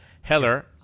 Heller